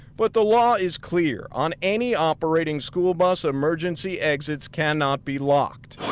but the law is clear, on any operating school bus, emergency exits cannot be locked